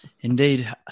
Indeed